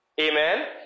Amen